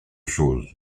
chose